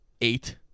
eight